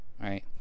right